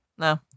No